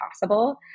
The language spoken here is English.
possible